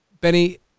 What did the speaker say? Benny